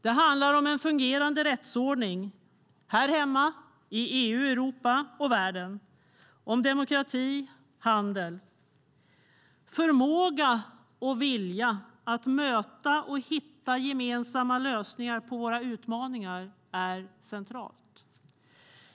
Det handlar om en fungerande rättsordning här hemma, i EU, i Europa och i världen. Det handlar om demokrati och handel. Förmåga och vilja att hitta gemensamma lösningar på våra utmaningar är centralt.